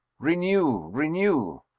renew, renew!